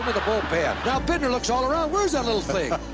ah the bullpen. now looks all around. where is that little thing?